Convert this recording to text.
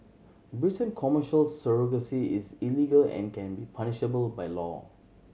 Britain Commercial surrogacy is illegal and can be punishable by law